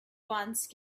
once